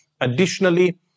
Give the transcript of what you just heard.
Additionally